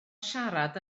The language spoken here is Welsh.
siarad